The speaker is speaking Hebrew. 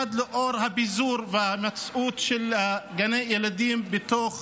במיוחד לנוכח הפיזור והימצאות של גני ילדים גם בתוך